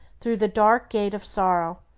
through the dark gate of sorrow,